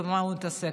במה הוא מתעסק.